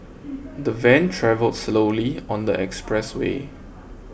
the van travelled slowly on the expressway